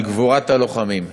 על גבורת הלוחמים,